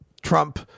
Trump